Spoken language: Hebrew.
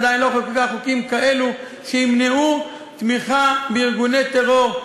עדיין לא חוקקנו חוקים כאלה שימנעו תמיכה בארגוני טרור,